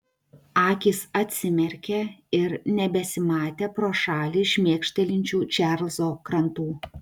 akys atsimerkė ir nebesimatė pro šalį šmėkštelinčių čarlzo krantų